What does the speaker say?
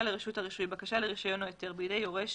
לרשות הרישוי בקשה לרישיון או היתר בידי יורש